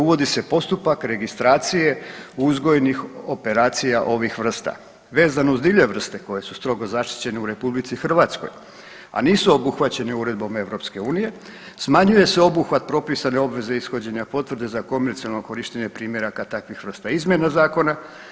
Uvodi se postupak registracije uzgojnih operacija ovih vrsta vezano uz divlje vrste koje su strogo zaštićene u Republici Hrvatskoj, a nisu obuhvaćeni Uredbom EU smanjuje se obuhvat propisane obveze ishođenja potvrde za komercijalno korištenje primjeraka takvih vrsta izmjena zakona.